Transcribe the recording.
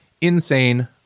insane